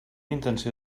intenció